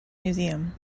museum